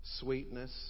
sweetness